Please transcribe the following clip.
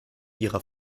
ihrer